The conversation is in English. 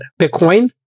Bitcoin